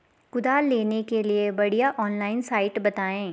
कुदाल लेने के लिए बढ़िया ऑनलाइन साइट बतायें?